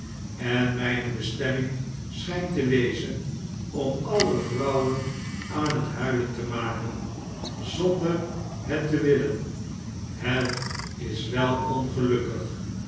en mijne bestemming schijnt te wezen om alle vrouwen aan het huilen te maken zonder het te willen het is wel ongelukkig